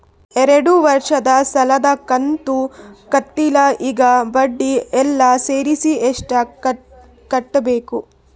ಎರಡು ವರ್ಷದ ಸಾಲದ ಕಂತು ಕಟ್ಟಿಲ ಈಗ ಬಡ್ಡಿ ಎಲ್ಲಾ ಸೇರಿಸಿ ಎಷ್ಟ ಕಟ್ಟಬೇಕು?